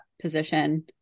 position